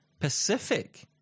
Pacific